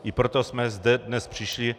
I proto jsme sem dnes přišli.